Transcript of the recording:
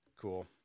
Cool